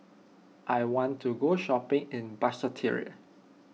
I want to go shopping in Basseterre